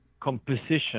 composition